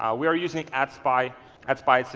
ah we are using ads by adspy.